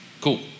Cool